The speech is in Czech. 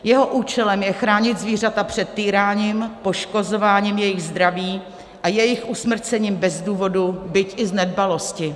Jeho účelem je chránit zvířata před týráním, poškozováním jejich zdraví a jejich usmrcením bez důvodu, byť i z nedbalosti.